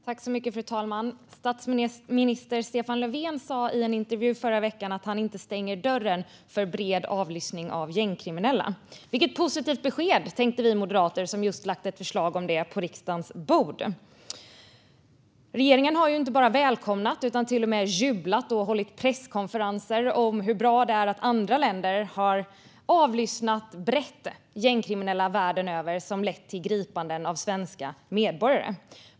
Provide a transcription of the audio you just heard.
Fru talman! Statsminister Stefan Löfven sa i en intervju förra veckan att han inte stänger dörren för bred avlyssning av gängkriminella. Vilket positivt besked, tänkte vi moderater, som just lagt ett förslag om detta på riksdagens bord. Regeringen har inte bara välkomnat utan till och med jublat och hållit presskonferenser om hur bra det är att andra länder brett har avlyssnat gängkriminella världen över, vilket lett till gripanden av svenska medborgare.